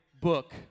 book